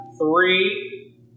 three